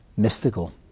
mystical